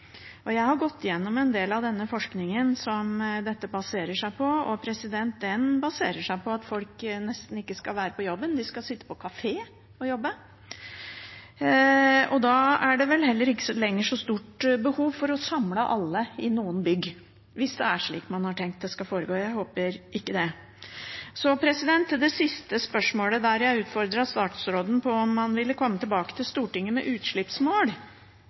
Jeg har gått gjennom en del av den forskningen som dette baserer seg på, og den baserer seg på at folk nesten ikke skal være på jobben; de skal sitte på kafé og jobbe. Og da er det vel heller ikke lenger så stort behov for å samle alle i noen bygg, hvis det er slik man har tenkt at det skal foregå. Jeg håper ikke det. Så til det siste spørsmålet, der jeg utfordret statsråden på om man ville komme tilbake til Stortinget med utslippsmål